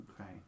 okay